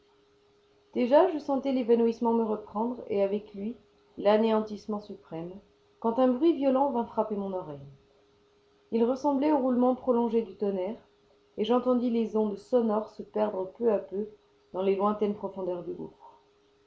déjà je sentais l'évanouissement me reprendre et avec lui l'anéantissement suprême quand un bruit violent vint frapper mon oreille il ressemblait au roulement prolongé du tonnerre et j'entendis les ondes sonores se perdre peu a peu dans les lointaines profondeurs du gouffre